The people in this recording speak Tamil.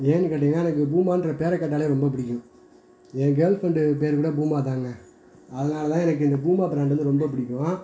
ஏன்னு கேட்டீங்கன்னா எனக்கு பூமான்ற பெயர கேட்டாலே ரொம்ப பிடிக்கும் என் கேர்ள் ஃப்ரெண்டு பெயரு கூட பூமாதாங்க அதனால் தான் எனக்கு இந்த பூமா ப்ராண்டு வந்து ரொம்ப பிடிக்கும்